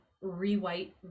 rewrite